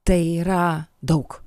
tai yra daug